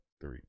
three